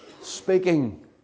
speaking